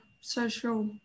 social